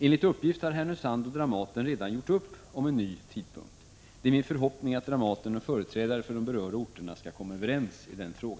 Enligt uppgift har Härnösand och Dramaten redan gjort upp om en ny tidpunkt. Det är min förhoppning att Dramaten och företrädare för de berörda orterna skall komma överens i denna fråga.